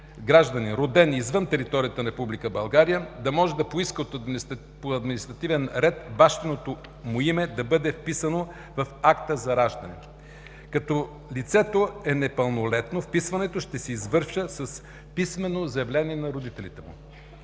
граждани, родени извън територията на Република България, да може да поискат по административен ред бащиното му име да бъде вписано в акта за раждане. Когато лицето е непълнолетно, вписването ще се извършва с писмено заявление на родителите му.